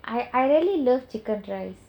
I really love chicken rice